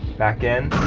back in.